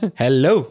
hello